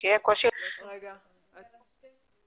שומעים אותי?